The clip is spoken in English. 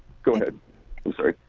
go ahead. i'm sorry.